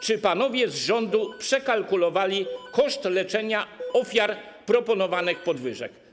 Czy panowie z rządu przekalkulowali koszt leczenia ofiar proponowanych podwyżek?